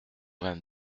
vingt